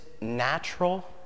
natural